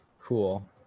Cool